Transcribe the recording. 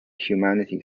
humanity